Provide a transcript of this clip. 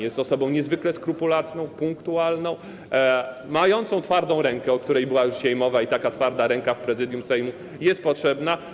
Jest osobą niezwykle skrupulatną, punktualną, mającą twardą rękę, o której była już dzisiaj mowa, i taka twarda ręka w Prezydium Sejmu jest potrzebna.